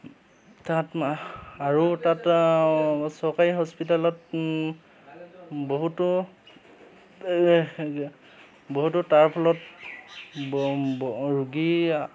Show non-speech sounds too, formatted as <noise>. তাত আৰু তাত চৰকাৰী হস্পিটেলত বহুতো <unintelligible> বহুতো তাৰ ফলত <unintelligible> ৰোগী